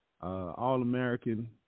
All-American